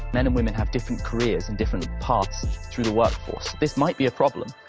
men and women have different careers and different paths through the workforce. this might be a problem.